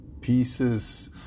pieces